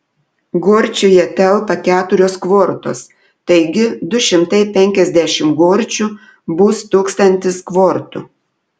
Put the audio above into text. gorčiuje telpa keturios kvortos taigi du šimtai penkiasdešimt gorčių bus tūkstantis kvortų